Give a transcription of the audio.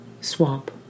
Swamp